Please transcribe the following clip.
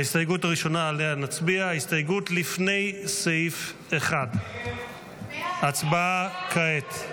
ההסתייגות הראשונה שעליה נצביע היא הסתייגות לפני סעיף 1. הצבעה כעת.